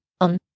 On